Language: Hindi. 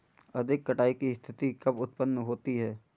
अधिक कटाई की स्थिति कब उतपन्न होती है?